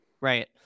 Right